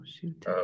shoot